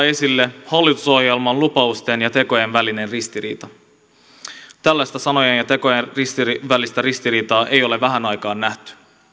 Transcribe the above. esille hallitusohjelman lupausten ja tekojen välinen ristiriita tällaista sanojen ja tekojen välistä ristiriitaa ei ole vähään aikaan nähty